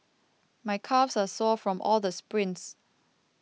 my calves are sore from all the sprints